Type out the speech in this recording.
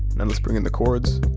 and let's bring in the chords.